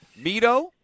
Mito